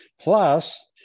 Plus